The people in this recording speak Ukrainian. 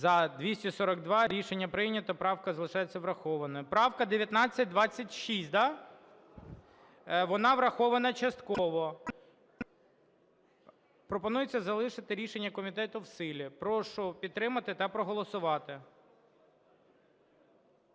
За-242 Рішення прийнято. Правка залишається врахованою. Правка 1926. Да? Вона врахована частково. Пропонується залишити рішення комітету в силі. Прошу підтримати та проголосувати.